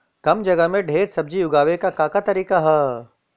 कम जगह में ढेर सब्जी उगावे क का तरीका ह?